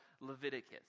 Leviticus